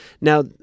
Now